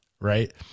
right